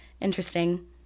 Interesting